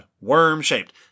Worm-shaped